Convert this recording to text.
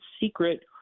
secret